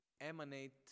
emanate